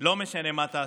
לא משנה מה תעשו.